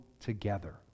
together